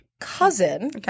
cousin